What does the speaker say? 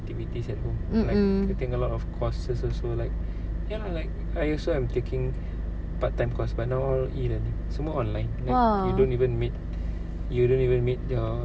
!wah!